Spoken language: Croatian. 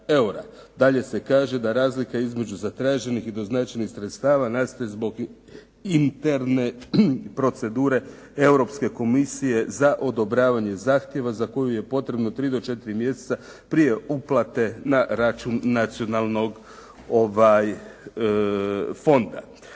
Dalje se kaže da razlika između zatraženih i doznačenih sredstava nastaje zbog interne procedure Europske komisije za odobravanje zahtjeva za koju je potrebno 3 do 4 mjeseca prije uplate na račun nacionalnog fonda.